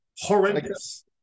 horrendous